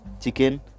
chicken